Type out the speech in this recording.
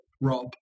rob